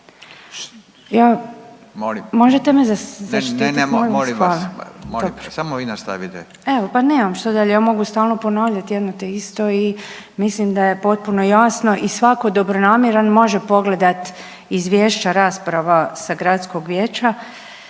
molim vas./… dobro …/Upadica: Samo vi nastavite./… evo pa nemam šta dalje ja mogu stalno ponovit jedno te isto i mislim da je potpuno jasno i svatko dobronamjeran može pogledati izvješća rasprava sa gradskog vijeća,